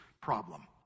problem